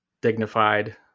dignified